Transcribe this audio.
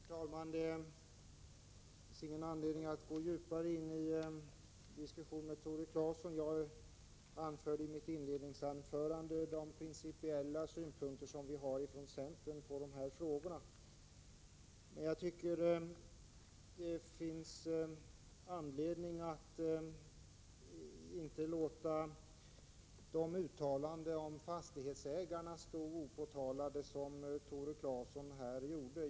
Herr talman! Det finns ingen anledning att gå djupare in i en diskussion med Tore Claeson. Jag anförde i mitt inledningsanförande centerns principiella synpunkter på de här frågorna. Men jag tycker att det finns anledning att inte låta de uttalanden om fastighetsägarna som Tore Claeson här gjorde stå oemotsagda.